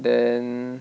then